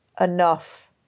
enough